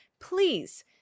please